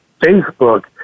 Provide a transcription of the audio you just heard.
Facebook